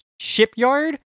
shipyard